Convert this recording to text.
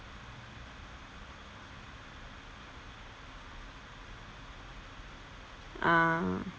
ah